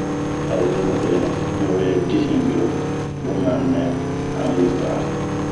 A zenube mɛ we di hinbio, bun ma nɛ ao yi ba'aa.